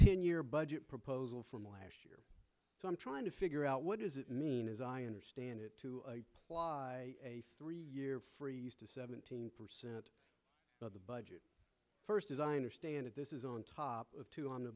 ten year budget proposal from last year so i'm trying to figure out what does it mean as i understand it to a three year freeze to seventeen percent of the budget first designer stay in it this is on top of two on the